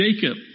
Jacob